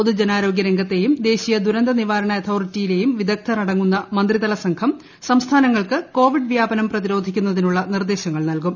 പൊതുജനാരോഗൃ രംഗത്തെയും ദേശീയ ദുരന്തനിവാരണ അതോറിട്ടിയിലെയും വിദഗ്ധർ അടങ്ങുന്ന മന്ത്രിതല സംഘം സംസ്ഥാനങ്ങൾക്ക് കോവിഡ് വ്യാപനം പ്രതിരോധിക്കുന്നതിനുള്ള നിർദ്ദേശങ്ങൾ നല്കും